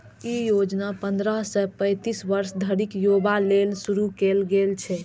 ई योजना पंद्रह सं पैतीस वर्ष धरिक युवा लेल शुरू कैल गेल छै